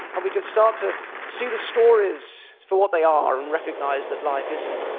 and we can start to see the stories for what they are and recognize that life isn't